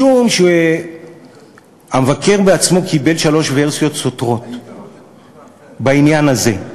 משום שהמבקר בעצמו קיבל שלוש ורסיות סותרות בעניין הזה.